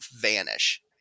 vanish